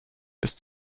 ist